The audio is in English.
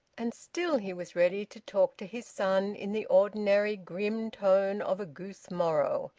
and still he was ready to talk to his son in the ordinary grim tone of a goose-morrow.